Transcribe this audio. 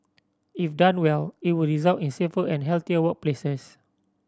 if done well it would result in safer and healthier workplaces